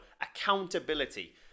accountability